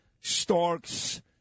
Starks